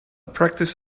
practice